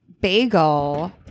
Bagel